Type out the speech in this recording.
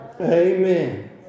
Amen